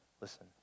Listen